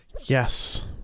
yes